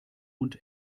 und